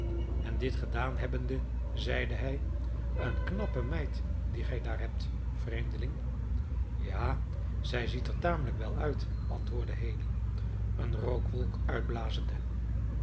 en dit gedaan hebbende zeide hij een knappe meid die gij daar hebt vreemdeling ja zij ziet er tamelijk wel uit antwoordde haley een rookwolk uitblazende